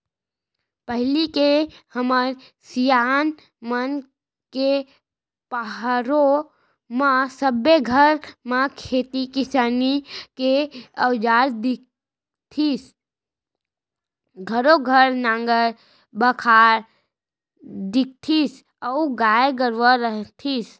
पहिली के हमर सियान मन के पहरो म सबे घर म खेती किसानी के अउजार दिखतीस घरों घर नांगर बाखर दिखतीस अउ गाय गरूवा रहितिस